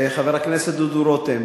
חבר הכנסת דודו רותם,